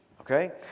okay